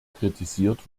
kritisiert